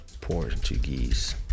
Portuguese